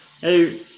Hey